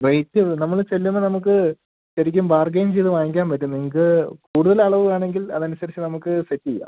rate ഇവ് നമ്മൾ ചെല്ലുമ്പോൾ നമുക്ക് ശരിക്കും ബാർഗെയിൻ ചെയ്ത് വാങ്ങിക്കാൻ പറ്റും നിങ്ങൾക്ക് കൂടുതൽ അളവ് വേണമെങ്കിൽ അതനുസരിച്ച് നമുക്ക് സെറ്റ് ചെയ്യാം